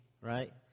right